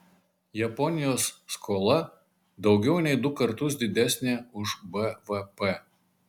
japonijos skola daugiau nei du kartus didesnė už bvp